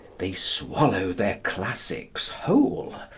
they swallow their classics whole,